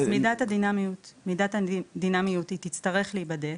אז מידת הדינאמיות היא תצטרך להיבדק